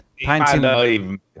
Painting